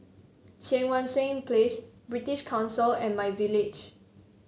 Cheang Wan Seng Place British Council and myVillage